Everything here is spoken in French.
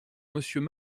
monsieur